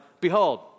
Behold